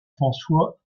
françois